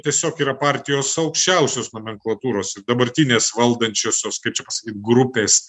tiesiog yra partijos aukščiausios nomenklatūros dabartinės valdančiosios kaip čia pasakyt grupės